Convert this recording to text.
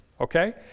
Okay